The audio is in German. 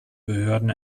behörden